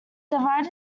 divided